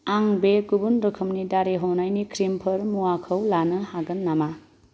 आं बे गुबुन रोखोमनि दारि हनायनि क्रिमफोर मुवाखौ लानो हागोन नामा